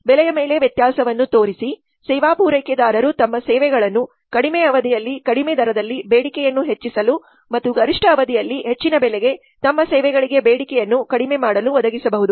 ಬೆಲೆಯ ಮೇಲೆ ವ್ಯತ್ಯಾಸವನ್ನು ತೋರಿಸಿ ಸೇವಾ ಪೂರೈಕೆದಾರರು ತಮ್ಮ ಸೇವೆಗಳನ್ನು ಕಡಿಮೆ ಅವಧಿಯಲ್ಲಿ ಕಡಿಮೆ ದರದಲ್ಲಿ ಬೇಡಿಕೆಯನ್ನು ಹೆಚ್ಚಿಸಲು ಮತ್ತು ಗರಿಷ್ಠ ಅವಧಿಯಲ್ಲಿ ಹೆಚ್ಚಿನ ಬೆಲೆಗೆ ತಮ್ಮ ಸೇವೆಗಳಿಗೆ ಬೇಡಿಕೆಯನ್ನು ಕಡಿಮೆ ಮಾಡಲು ಒದಗಿಸಬಹುದು